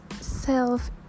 self